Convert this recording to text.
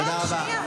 תודה רבה.